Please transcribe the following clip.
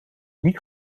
niet